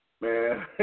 Man